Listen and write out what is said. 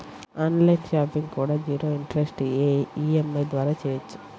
on line shopping కూడా zero interest EMI ద్వారా చెయ్యొచ్చు